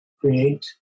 create